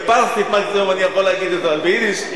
בפרסית, מה שטוב, אני יכול להגיד, אבל ביידיש?